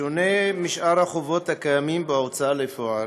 בשונה משאר החובות הקיימים בהוצאה לפועל,